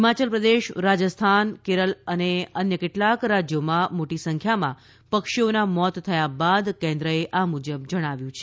હિમાચલ પ્રદેશ રાજસ્થાન કેરાલા અને અન્ય કેટલાંક રાજ્યોમાં મોટી સંખ્યામાં પક્ષીઓના મોત થયા બાદ કેન્દ્ર એ આ મુજબ જણાવ્યું છે